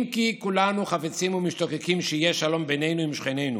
אם כי כולנו חפצים ומשתוקקים שיהיה שלום בינינו עם שכנינו,